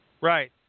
Right